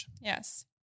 Yes